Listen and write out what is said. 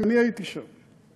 אני הייתי שם,